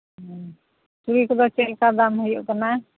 ᱦᱩᱸ ᱪᱩᱲᱤ ᱠᱚᱫᱚ ᱪᱮᱫᱞᱮᱠᱟ ᱫᱟᱢ ᱦᱩᱭᱩᱜ ᱠᱟᱱᱟ